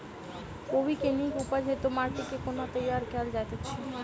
कोबी केँ नीक उपज हेतु माटि केँ कोना तैयार कएल जाइत अछि?